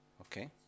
okay